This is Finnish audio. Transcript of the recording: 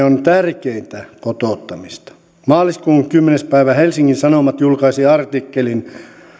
on tärkeintä kotouttamista maaliskuun kymmenes päivä helsingin sanomat julkaisi artikkelin